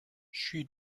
she